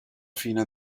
fine